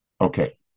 Okay